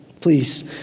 please